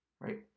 Right